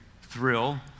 thrill